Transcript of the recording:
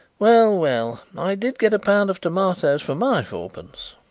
well, well i did get a pound of tomatoes for my fourpence.